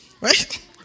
right